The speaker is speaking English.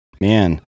man